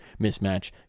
mismatch